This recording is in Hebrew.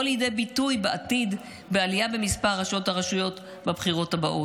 לידי ביטוי בעתיד בעלייה במספר ראשות הרשויות בבחירות הבאות,